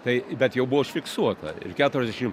tai bet jau buvo fiksuota ir keturiasdešimt